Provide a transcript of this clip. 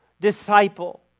disciple